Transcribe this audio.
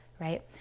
right